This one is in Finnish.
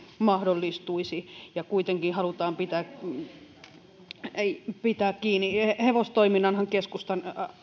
mahdollistuisi ja kuitenkin halutaan pitää kiinni hevostoiminnanhan keskusta